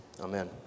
amen